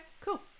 cool